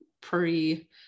pre